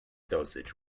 dosage